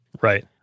Right